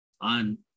On